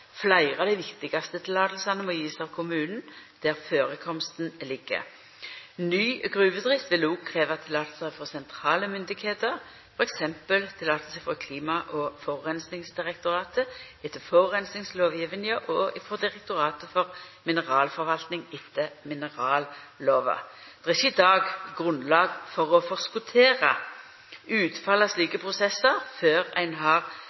Fleire av dei viktigaste tillatingane må gjevast av kommunane der førekomsten ligg. Ny gruvedrift vil òg krevja tillating frå sentrale myndigheiter, som f.eks. tillating frå Klima- og fourensningsdirektoratet etter forureiningslovgjevinga og frå Direktoratet for mineralforvaltning etter minerallova. Det er i dag ikkje grunnlag for å forskottera utfallet av slike prosessar før ein har